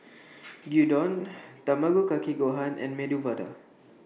Gyudon Tamago Kake Gohan and Medu Vada